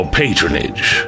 patronage